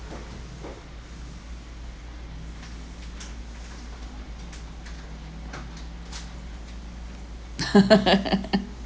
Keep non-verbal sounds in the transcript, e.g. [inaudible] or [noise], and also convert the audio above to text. [laughs]